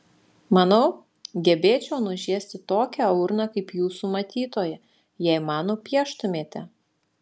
manau gebėčiau nužiesti tokią urną kaip jūsų matytoji jei man nupieštumėte